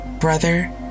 Brother